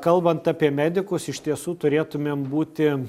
kalbant apie medikus iš tiesų turėtumėm būti